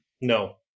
no